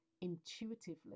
intuitively